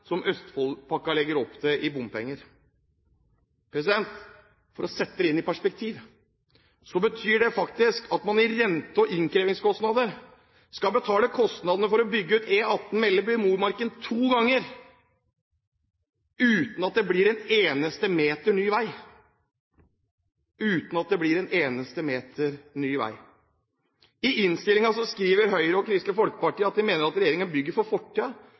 som Østfoldpakka legger opp til i bompenger. For å sette dette i perspektiv: Det betyr faktisk at man i rente- og innkrevingskostnader skal betale for å bygge ut E18 Melleby–Momarken to ganger uten at det blir en eneste meter ny vei – uten at det blir en eneste meter ny vei. I innstillingen skriver Høyre og Kristelig Folkeparti at de mener at regjeringen bygger